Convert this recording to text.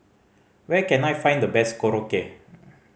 where can I find the best Korokke